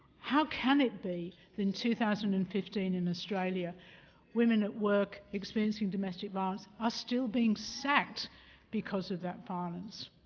how can it be that in two thousand and fifteen in australia women at work experiencing domestic violence are still being sacked because of that violence?